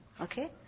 Okay